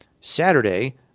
Saturday